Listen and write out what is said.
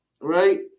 right